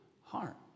heart